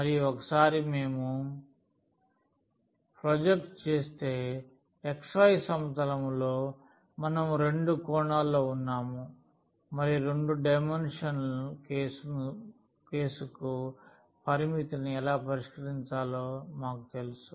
మరియు ఒకసారి మేము ప్రాజెక్ట్ చేస్తే xy సమతలంలో మనం రెండు కోణాల్లో ఉన్నాము మరియు రెండు డైమెన్షనల్ కేసుకు పరిమితిని ఎలా పరిష్కరించాలో మాకు తెలుసు